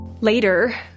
Later